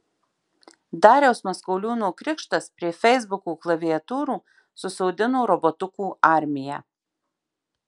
dariaus maskoliūno krikštas prie feisbuko klaviatūrų susodino robotukų armiją